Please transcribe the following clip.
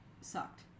sucked